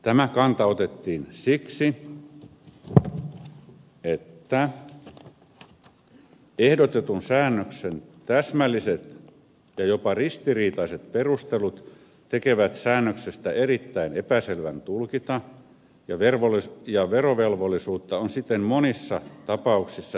tämä kanta otettiin siksi että ehdotetun säännöksen täsmälliset ja jopa ristiriitaiset perustelut tekevät säännöksestä erittäin epäselvän tulkita ja verovelvollisuutta on siten monissa tapauksissa erittäin vaikeata määritellä